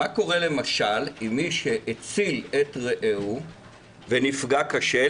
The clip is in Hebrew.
מה קורה למשל עם מי שהציל את רעהו ונפגע קשה,